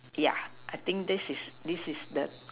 yeah I think this is this is the